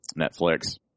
Netflix